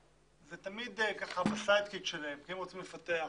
זה תמיד בצד שלהם כי הם רוצים לפתח,